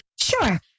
Sure